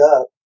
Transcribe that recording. up